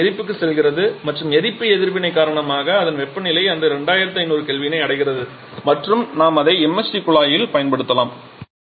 பின்னர் அது எரிப்புக்குச் செல்கிறது மற்றும் எரிப்பு எதிர்வினை காரணமாக அதன் வெப்பநிலை அந்த 2500 K ஐ அடைகிறது மற்றும் நாம் அதை MHD குழாயில் பயன்படுத்தலாம்